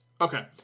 Okay